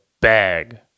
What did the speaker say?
bag